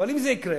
אבל אם זה יקרה,